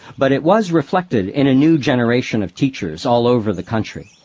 but it was reflected in a new generation of teachers all over the country,